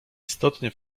istotnie